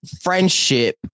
friendship